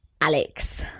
Alex